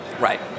Right